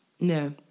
No